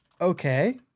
Okay